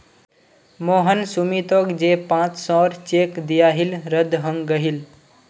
मोहन सुमीतोक जे पांच सौर चेक दियाहिल रद्द हंग गहील